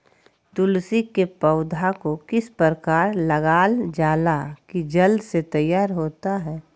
तुलसी के पौधा को किस प्रकार लगालजाला की जल्द से तैयार होता है?